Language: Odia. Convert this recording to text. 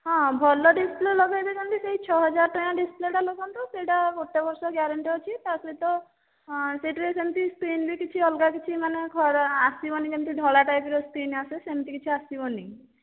ହଁ ଭଲ ଡିସପ୍ଲେ ଲଗାଇଲେ ଯେମିତି ସେଇ ଛଅହଜାର ଟଙ୍କିଆ ଡିସପ୍ଲେଟା ଲଗାନ୍ତୁ ସେଇଟା ଗୋଟେ ବର୍ଷ ଗ୍ୟାରେଣ୍ଟି ଅଛି ତା ସହିତ ଆଁ ସେଇଥିରେ ସେମିତି ସ୍କ୍ରିନ୍ ବି କିଛି ଅଲଗା କିଛି ମାନେ ଖରା ଆସିବନି ଯେମିତି ଧଳା ଟାଇପ ର ସ୍କ୍ରିନ୍ ଆସେ ସେମିତି କିଛି ଆସିବନି